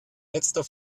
letzter